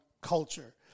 culture